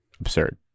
absurd